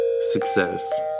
success